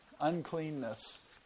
uncleanness